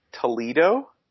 Toledo